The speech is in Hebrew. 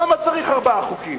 למה צריך ארבעה חוקים?